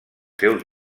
seus